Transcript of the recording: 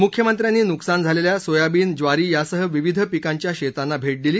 मुख्यमंत्र्यांनी नुकसान झालेल्या सोयाबीन ज्वारी यासह विविध पिकांच्या शेताना भेट दिली